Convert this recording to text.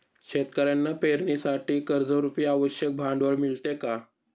शेतकऱ्यांना पेरणीसाठी कर्जरुपी आवश्यक भांडवल मिळते का?